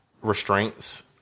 restraints